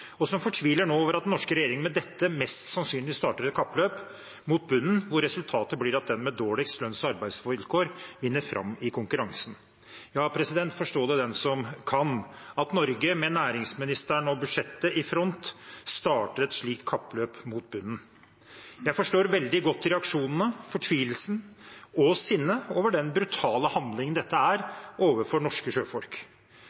og som fortviler over at den norske regjeringen nå mest sannsynlig starter et kappløp mot bunnen, hvor resultatet blir at den med dårligst lønns- og arbeidsvilkår vinner fram i konkurransen. Forstå det den som kan, at Norge, med næringsministeren og budsjettet i front, starter et slikt kappløp mot bunnen. Jeg forstår veldig godt reaksjonene, fortvilelsen og sinnet over den brutale handlingen dette